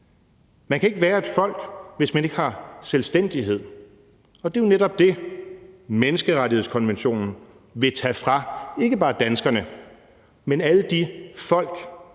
Man kan ikke være et folk, hvis man ikke har selvstændighed. Det er jo netop det, menneskerettighedskonventionen vil tage fra ikke bare danskerne, men alle de folk,